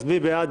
מי בעד?